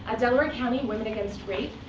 ah delaware county women against rape,